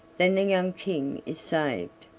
then the young king is saved.